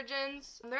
origins